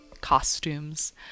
costumes